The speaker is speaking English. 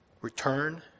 return